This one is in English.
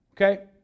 okay